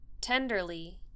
Tenderly